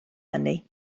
hynny